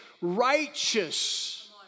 righteous